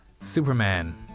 Superman